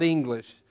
English